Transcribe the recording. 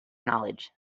knowledge